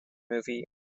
movie